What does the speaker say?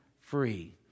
free